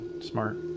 Smart